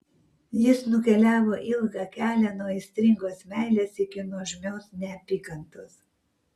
jis nukeliavo ilgą kelią nuo aistringos meilės iki nuožmios neapykantos